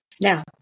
Now